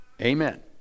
Amen